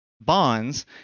bonds